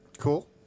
Cool